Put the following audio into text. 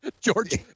george